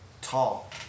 Tall